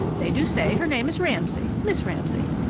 they do say her name is ramsay miss ramsay.